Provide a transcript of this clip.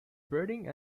birding